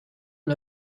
and